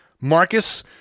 Marcus